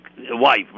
wife